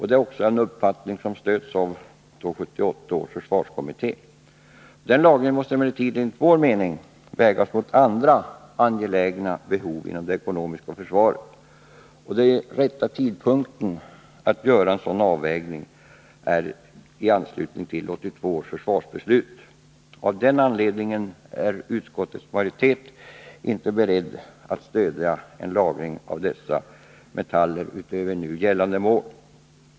Det är också en uppfattning som stöds av 1978 års försvarskommitté. Denna lagring måste emellertid enligt vår mening vägas mot andra angelägna behov inom det ekonomiska försvaret. Den rätta tidpunkten att göra en sådan avvägning är i anslutning till 1982 års försvarsbeslut. Av den anledningen är utskottets majoritet inte beredd att stödja en lagring av dessa metaller utöver gällande mål.